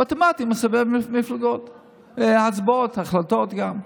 ואוטומטית מסובב הצבעות והחלטות גם.